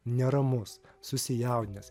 neramus susijaudinęs